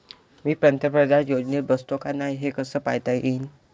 मी पंतप्रधान योजनेत बसतो का नाय, हे कस पायता येईन?